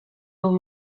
był